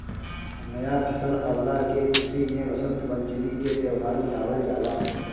नया फसल अवला के खुशी में वसंत पंचमी के त्यौहार मनावल जाला